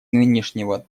нынешнего